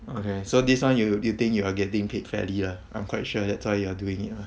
okay so this one you you you think you are getting paid fairly uh I'm quite sure that's why you are doing it lah